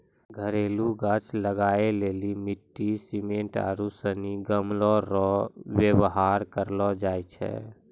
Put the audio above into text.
घरेलू गाछ लगाय लेली मिट्टी, सिमेन्ट आरू सनी गमलो रो वेवहार करलो जाय छै